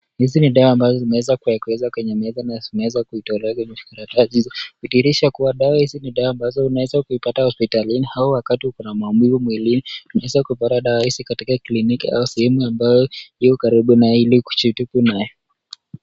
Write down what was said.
Hizi ni dawa ambazo zimeweza kuwekwa kwenye meza na zimeweza kutolewa kwenye kikaratasi hizo. Kudhihirisha kuwa dawa hizi ni dawa ambazo unaweza kuipata hospitalini, au wakati uko na maumivu mwilini, unaweza kupata dawa hizi katika kliniki au sehemu ambayo iko karibu nawe ili kujitibu naye.